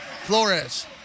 Flores